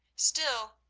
still,